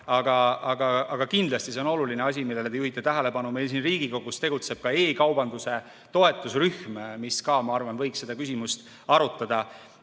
aga kindlasti see on oluline asi, millele te juhite tähelepanu. Meil siin Riigikogus tegutseb e-kaubanduse toetusrühm, mis ka, ma arvan, võiks seda küsimust arutada.